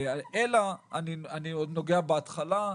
אלא אני נוגע בהתחלה,